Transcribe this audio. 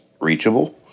reachable